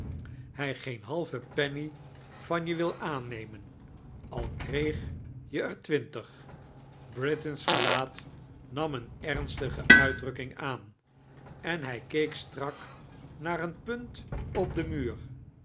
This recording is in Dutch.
hij geen halve penny van je wil aanmemen al kreeg je er twintig britain's gelaat nam eeme ernstige uitdrukking aan en hij keek stirak naar een punt op deh muur